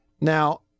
Now